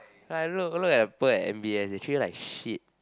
I don't know look at people at M_B_S they treat you like shit